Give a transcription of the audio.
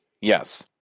Yes